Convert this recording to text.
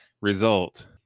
result